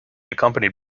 accompanied